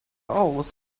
aus